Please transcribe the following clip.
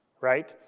right